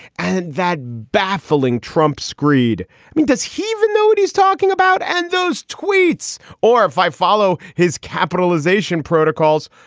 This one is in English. and that baffling trump screed i mean, does he even know what he's talking about? and those tweets or if i follow his capitalization protocols,